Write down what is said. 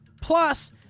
plus